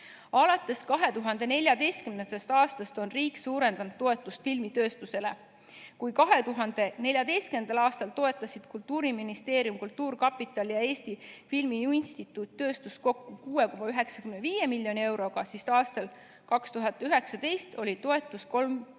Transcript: Alates 2014. aastast on riik suurendanud toetust filmitööstusele. Kui 2014. aastal toetasid Kultuuriministeerium, Kultuurkapital ja Eesti Filmi Instituut tööstust kokku 6,95 miljoni euroga, siis aastal 2019 oli toetus 13,25 miljonit